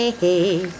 hey